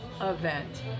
event